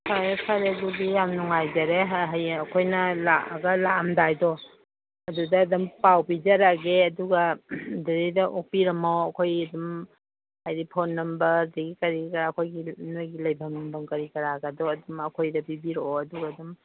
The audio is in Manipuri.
ꯐꯔꯦ ꯐꯔꯦ ꯑꯗꯨꯗꯤ ꯌꯥꯝ ꯅꯨꯡꯉꯥꯏꯖꯔꯦ ꯍꯌꯦꯡ ꯑꯩꯈꯣꯏꯅ ꯂꯥꯛꯑꯒ ꯂꯥꯛꯑꯝꯗꯥꯏꯗꯣ ꯑꯗꯨꯗ ꯑꯗꯨꯝ ꯄꯥꯎ ꯄꯤꯖꯔꯛꯑꯒꯦ ꯑꯗꯨꯒ ꯑꯗꯨꯗꯩꯗ ꯑꯣꯛꯄꯤꯔꯝꯃꯣ ꯑꯩꯈꯣꯏ ꯑꯗꯨꯝ ꯍꯥꯏꯗꯤ ꯐꯣꯟ ꯅꯝꯕꯔ ꯑꯗꯒꯤ ꯀꯔꯤ ꯀꯔꯥ ꯑꯩꯈꯣꯏꯒꯤ ꯅꯣꯏꯒꯤ ꯂꯩꯐꯝ ꯅꯨꯡꯐꯝ ꯀꯔꯤ ꯀꯔꯥꯒꯗꯣ ꯑꯗꯨꯝ ꯑꯩꯈꯣꯏꯗ ꯄꯤꯕꯤꯔꯛꯑꯣ ꯑꯗꯨꯒ ꯑꯗꯨꯝ